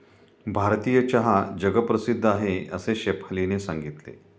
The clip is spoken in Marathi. भारतीय चहा जगप्रसिद्ध आहे असे शेफालीने सांगितले